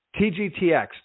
TGTX